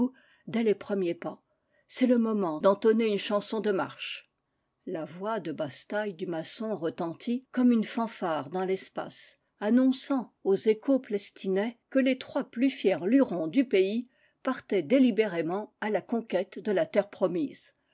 dès les premiers pas c'est le moment d'entonner une chanson de marche la voix de basse-taille du maçon retentit comme une fan fare dans l'espace annonçant aux échos plestinais que les trois plus fiers lurons du pays partaient délibérément à la conquête de la terre promise